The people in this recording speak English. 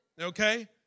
okay